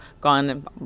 gone